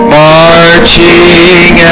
marching